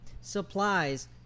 supplies